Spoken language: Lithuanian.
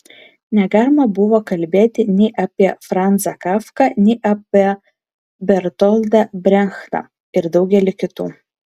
negalima buvo kalbėti nei apie franzą kafką nei apie bertoldą brechtą ir daugelį kitų